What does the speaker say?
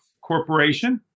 Corporation